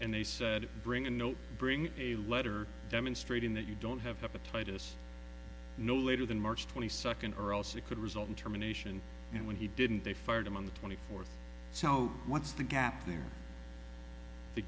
and they said bring a note bring a letter demonstrating that you don't have the tightest no later than march twenty second or else it could result in terminations and when he didn't they fired him on the twenty fourth so what's the gap there the